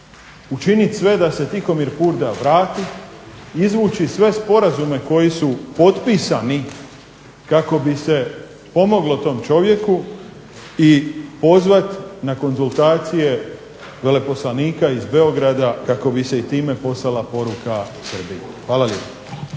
učiniti sve da se Tihomir Purda vrati, izvući sve sporazume koji su potpisani kako bi se pomoglo tom čovjeku i pozvati na konzultacije veleposlanika iz Beograda kako bi se i time poslala poruka Srbiji. Hvala lijepa.